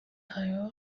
traoré